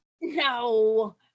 no